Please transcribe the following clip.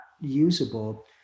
usable